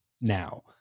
now